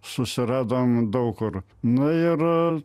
susiradom daug kur na ir